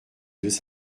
deux